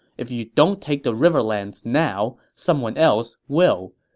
if you don't take the riverlands now, someone else will